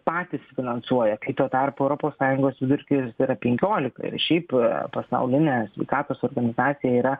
patys finansuoja kai tuo tarpu europos sąjungos vidurkis yra penkiolika ir šiaip pasaulinės sveikatos organizacija yra